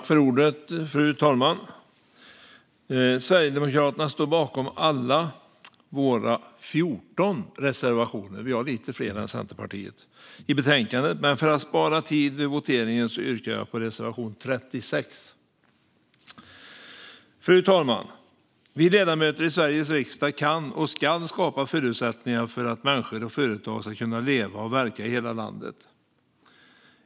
Fru talman! Vi i Sverigedemokraterna står bakom alla våra 14 reservationer i betänkandet - vi har lite fler än Centerpartiet. Men för att spara tid vid voteringen yrkar jag bifall endast till reservation 36. Fru talman! Vi ledamöter i Sveriges riksdag kan och ska skapa förutsättningar för att människor och företag ska kunna leva och verka i hela landet.